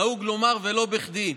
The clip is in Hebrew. נהוג לומר, ולא בכדי.